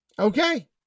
Okay